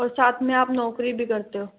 और साथ में आप नौकरी भी करते हो